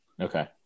Okay